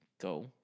go